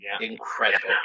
incredible